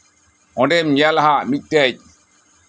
ᱚᱸᱰᱮᱢ ᱧᱮᱞᱟ ᱦᱟᱜ ᱢᱤᱫᱴᱮᱱ